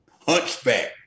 hunchback